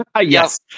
yes